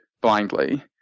blindly